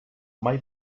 mai